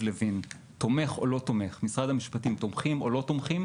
לוין משרד המשפטים תומך או לא תומך.